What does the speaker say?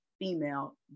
female